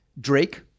Drake